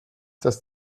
das